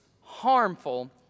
harmful